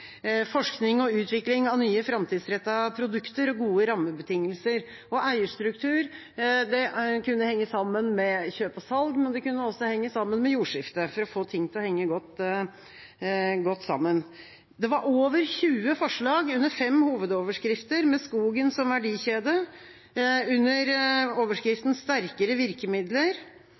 forskning og utvikling av nye framtidsrettede produkter og gode rammebetingelser. Eierstruktur kunne henge sammen med kjøp og salg, men det kunne også henge sammen med jordskifte for å få ting til å henge godt sammen. Det var over 20 forslag under fem hovedoverskrifter, bl.a. «Skogen som verdikjede» og «Sterkere virkemidler». Under